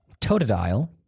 Totodile